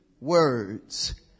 words